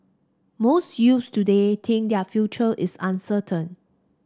most youths today think that their future is uncertain